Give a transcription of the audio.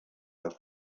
have